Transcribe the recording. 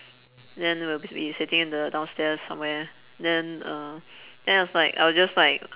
then we'll be sitting in the downstairs somewhere then uh then I was like I was just like